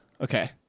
okay